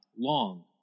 long